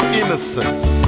innocence